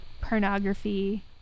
pornography